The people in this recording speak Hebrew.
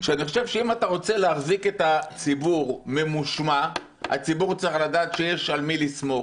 אם אתה רוצה להחזיק את הציבור ממושמע הציבור צריך לדעת שיש על מי לסמוך,